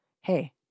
Hey